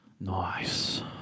Nice